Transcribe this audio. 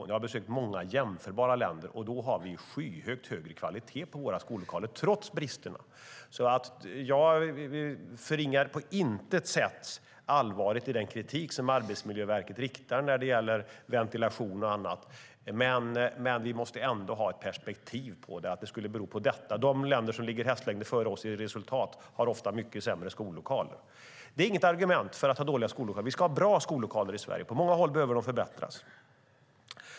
Men jag har besökt många jämförbara länder, och vi har skyhögt högre kvalitet på våra skollokaler, trots bristerna. Jag förringar på intet sätt allvaret i den kritik som Arbetsmiljöverket riktar när det gäller ventilation och annat, men vi måste ändå ha ett perspektiv på att det skulle bero på detta. De länder som ligger hästlängder före oss i resultat har ofta mycket sämre skollokaler. Det är inget argument för att ha dåliga skollokaler. Vi ska ha bra skollokaler i Sverige. På många håll behöver de förbättras.